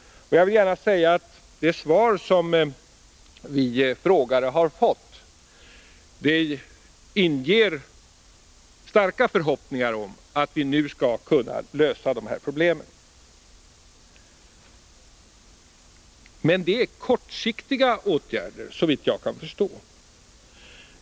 Och jag vill gärna säga att det svar som vi frågare har fått ger oss verkliga förhoppningar om att man nu skall kunna lösa problemen. Men det är kortsiktiga åtgärder, såvitt jag kan förstå.